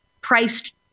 priced